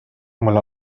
mul